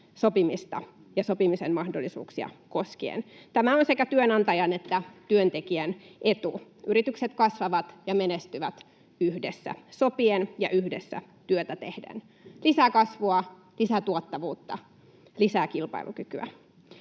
sopimista ja sopimisen mahdollisuuksia koskien. Tämä on sekä työnantajan että työntekijän etu. Yritykset kasvavat ja menestyvät yhdessä sopien ja yhdessä työtä tehden. Lisää kasvua, lisää tuottavuutta, lisää kilpailukykyä.